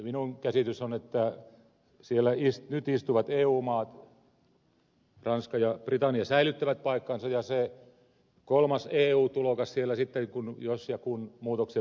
minun käsitykseni on että siellä nyt istuvat eu maat ranska ja britannia säilyttävät paikkansa ja se kolmas eu tulokas siellä sitten jos ja kun muutoksia tulee on saksa